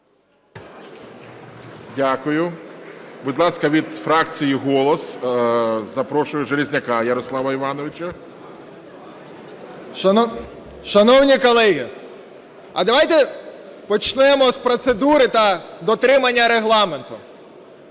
Дякую. Будь ласка, від фракції "Голос" запрошую Железняка Ярослава Івановича. 10:50:40 ЖЕЛЕЗНЯК Я.І. Шановні колеги, а давайте почнемо з процедури та дотримання Регламенту.